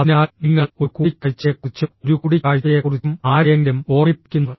അതിനാൽ നിങ്ങൾ ഒരു കൂടിക്കാഴ്ചയെക്കുറിച്ചും ഒരു കൂടിക്കാഴ്ചയെക്കുറിച്ചും ആരെയെങ്കിലും ഓർമ്മിപ്പിക്കുന്നു